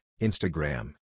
Instagram